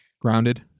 Grounded